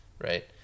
right